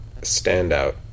standout